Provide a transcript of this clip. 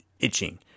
itching